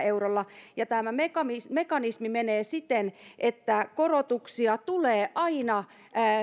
eurolla tämä mekanismi mekanismi menee siten että korotuksia tulee aina